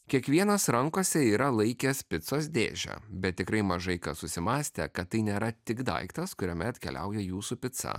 kiekvienas rankose yra laikęs picos dėžę bet tikrai mažai kas susimąstė kad tai nėra tik daiktas kuriame atkeliauja jūsų pica